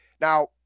Now